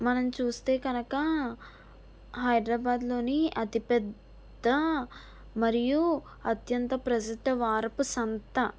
మనం చూస్తే కనుక హైదరాబాద్లోని అతిపెద్ద మరియు అత్యంత ప్రసిద్ధ వారపు సంత